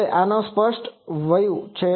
હવે આ આનો સ્પષ્ટ વયું છે